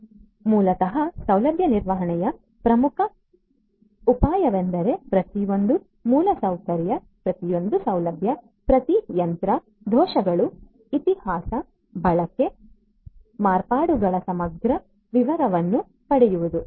ಆದ್ದರಿಂದ ಮೂಲತಃ ಸೌಲಭ್ಯ ನಿರ್ವಹಣೆಯ ಪ್ರಮುಖ ಉಪಾಯವೆಂದರೆ ಪ್ರತಿಯೊಂದು ಮೂಲಸೌಕರ್ಯ ಪ್ರತಿಯೊಂದು ಸೌಲಭ್ಯ ಪ್ರತಿ ಯಂತ್ರ ದೋಷಗಳು ಇತಿಹಾಸ ಬಳಕೆ ಮಾರ್ಪಾಡುಗಳ ಸಮಗ್ರ ವಿವರವನ್ನು ಪಡೆಯುವುದು